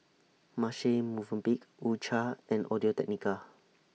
Marche Movenpick U Cha and Audio Technica